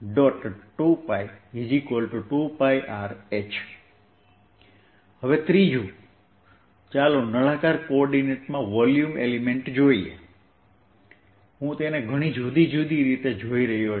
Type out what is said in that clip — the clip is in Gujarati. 2π2πRh ત્રીજું ચાલો નળાકાર કોઓર્ડિનેટ્સમાં વોલ્યુમ એલિમેન્ટ જોઈએ હું તેને ઘણી જુદી જુદી રીતે જોઈ શકું છું